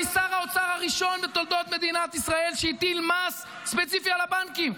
אני שר האוצר הראשון בתולדות מדינת ישראל שהטיל מס ספציפי על הבנקים.